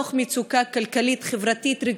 בתוך מצוקה כלכלית-חברתית-רגשית,